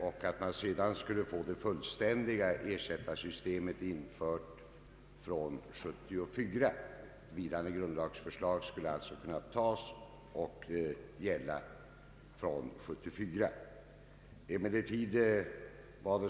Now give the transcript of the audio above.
Därefter skulle det fullständiga ersättarsystemet införas från 1974. Vilande grundlagsförslag skulle alltså kunna antagas och gälla från 1974.